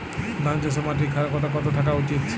ধান চাষে মাটির ক্ষারকতা কত থাকা উচিৎ?